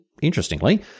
interestingly